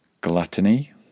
Gluttony